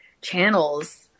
channels